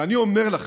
ואני אומר לכם,